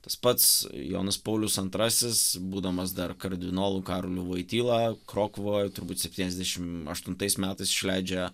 tas pats jonas paulius antrasis būdamas dar kardinolu karoliu voityla krokuvoj turbūt septyniasdešim aštuntais metais išleidžia